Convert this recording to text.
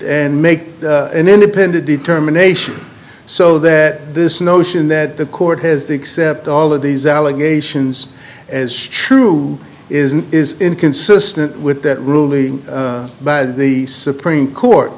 and make an independent determination so that this notion that the court has to accept all of these allegations as true isn't is inconsistent with that ruling by the supreme court